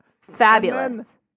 Fabulous